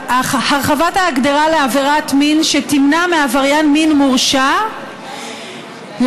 הרחבת ההגדרה של עבירת מין שתמנע מעבריין מין מורשע לעבוד